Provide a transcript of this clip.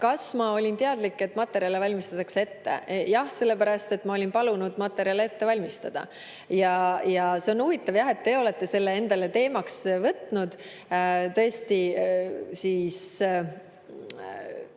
Kas ma olin teadlik, et materjale valmistatakse ette? Jah, sellepärast et ma olin palunud materjalid ette valmistada. Ent see on huvitav, et teie olete selle endale teemaks võtnud. See on pisut